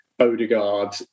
Odegaard